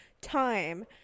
time